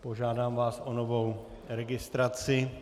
Požádám vás o novou registraci.